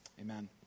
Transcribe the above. Amen